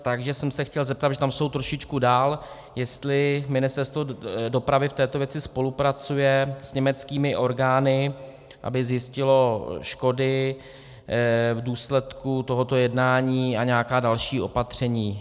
Takže jsem se chtěl zeptat, protože tam jsou trošičku dál, jestli Ministerstvo dopravy v této věci spolupracuje s německými orgány, aby zjistilo škody v důsledku tohoto jednání a nějaká další opatření.